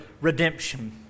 Redemption